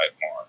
more